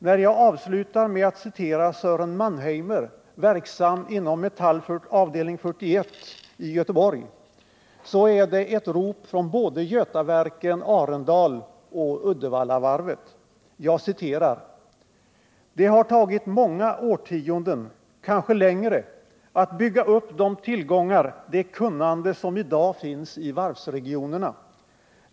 När jag avslutar med att citera Sören Mannheimer, verksam inom Metalls avdelning 41 i Göteborg, så är det ett rop från såväl Götaverken och Arendal som Uddevallavarvet. Jag citerar: ”Det har tagit många årtionden — kanske längre — att bygga upp de tillgångar, det kunnande, som i dag finns i varvsregionerna.